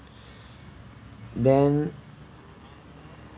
then